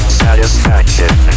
satisfaction